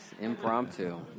impromptu